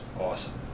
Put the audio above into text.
awesome